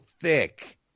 thick